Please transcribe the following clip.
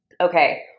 okay